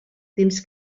temps